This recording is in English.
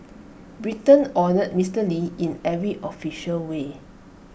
Britain honoured Mister lee in every official way